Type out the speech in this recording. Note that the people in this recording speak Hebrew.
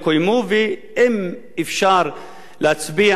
ואם אפשר להצביע על דוגמה: